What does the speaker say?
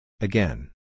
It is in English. Again